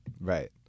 Right